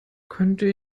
könnte